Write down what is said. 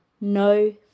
no